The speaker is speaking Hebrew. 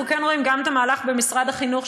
אנחנו כן רואים גם את המהלך במשרד החינוך,